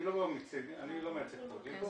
אני לא מייצג את הפרקליטות,